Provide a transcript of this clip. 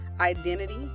identity